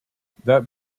that